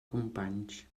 companys